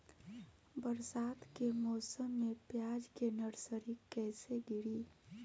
बरसात के मौसम में प्याज के नर्सरी कैसे गिरी?